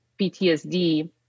PTSD